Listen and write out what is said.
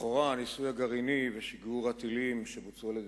לכאורה הניסוי הגרעיני ושיגור הטילים שבוצעו על-ידי